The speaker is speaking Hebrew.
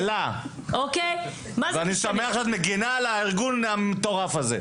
אני שמח שאת מגנה על הארגון המטורף הזה.